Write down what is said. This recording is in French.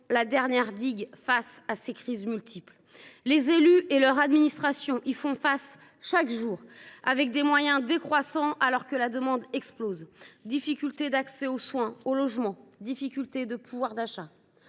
la dernière digue face à ces crises multiples. Les élus et leur administration y font face au quotidien, avec des moyens décroissants, alors que la demande explose : difficultés d’accès aux soins et au logement, difficultés de pouvoir d’achat…